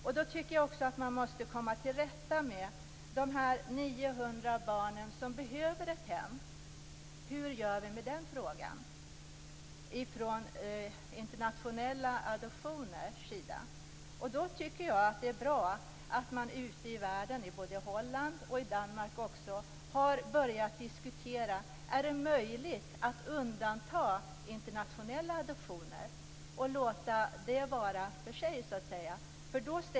Jag tycker också att man måste komma till rätta med de 900 barn som behöver ett hem. Hur gör vi med den frågan från internationella adoptioners sida? Det är bra att man ute i världen, i både Holland och Danmark, har börjat diskutera om det är möjligt att undanta internationella adoptioner och låta det vara för sig.